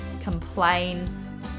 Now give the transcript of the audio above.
complain